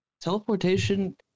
Teleportation